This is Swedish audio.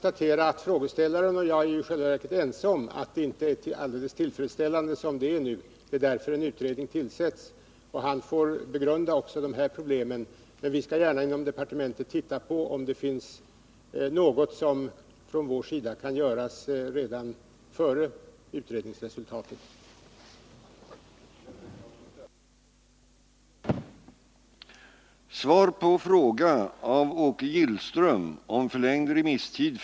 Herr talman! Frågeställaren och jag är i själva verket överens om att förhållandena nu inte är alldeles tillfredsställande. Därför tillsätts också en utredning. Utredaren får begrunda även dessa problem. Men vi skall inom departementet gärna undersöka om det finns något som vi kan göra redan innan utredningens resultat föreligger.